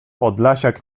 podlasiak